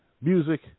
music